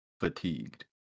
fatigued